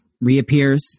reappears